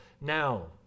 now